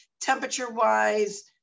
Temperature-wise